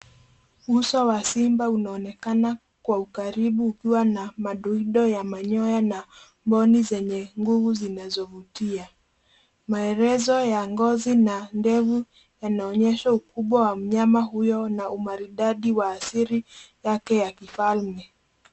Uso wa simba unaonekana kwa ukaribu ukiwa na madhundo ya manyoya na mboni zenye nguvu zinazovutia. Maelezo ya ngozi na ndevu yanaoyesha ukubwa wa mnyama huyo na umaridadi wa asili yake ya kifalme.